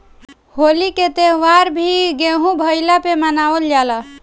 होली के त्यौहार भी गेंहू भईला पे मनावल जाला